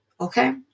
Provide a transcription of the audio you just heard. Okay